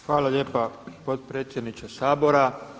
Hvala lijepa predsjedniče sabora.